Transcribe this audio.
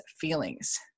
feelings